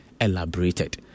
elaborated